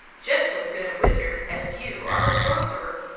just as good a wizard as you are a sorcerer.